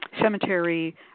cemetery